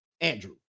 Andrew